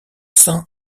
saints